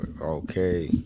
Okay